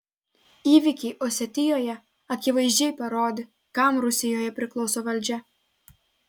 įvykiai osetijoje akivaizdžiai parodė kam rusijoje priklauso valdžia